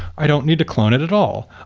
i don't need to clone it at all.